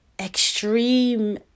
extreme